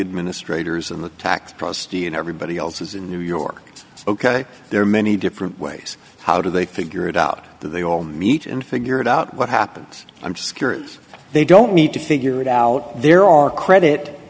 administrators in the tax prosti and everybody else is in new york ok there are many different ways how do they figure it out that they all meet and figure it out what happens i'm just curious they don't need to figure it out there are credit